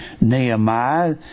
Nehemiah